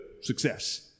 success